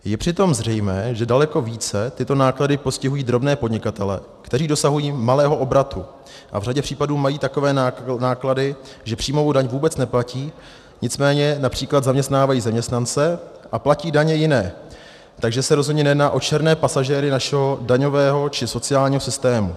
Je přitom zřejmé, že daleko více tyto náklady postihují drobné podnikatele, kteří dosahují malého obratu a v řadě případů mají takové náklady, že příjmovou daň vůbec neplatí, nicméně např. zaměstnávají zaměstnance a platí daně jiné, takže se rozhodně nejedná o černé pasažéry našeho daňového či sociálního systému.